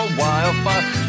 wildfire